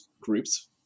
groups